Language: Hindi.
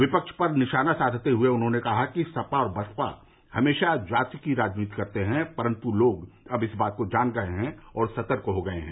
विपक्ष पर निशाना साधते हुए उन्होंने कहा कि सपा और बसपा हमेशा जाति की राजनीति करते हैं परन्तु लोग अब इस बात को जान गए हैं और सतर्क हो गए हैं